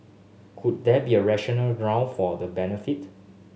could there be a rational ground for the benefit